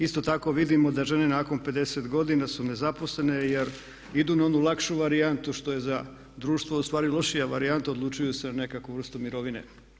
Isto tako vidimo da žene nakon 50 godina su nezaposlene jer idu na onu lakšu varijantu što je za društvo ustvari lošija varijanta, odlučuju se na nekakvu vrstu mirovine.